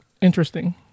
interesting